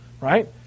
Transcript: right